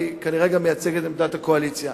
והיא כנראה גם מייצגת את עמדת הקואליציה.